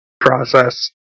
process